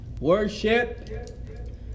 Worship